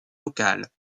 locales